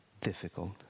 difficult